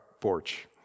porch